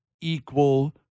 equal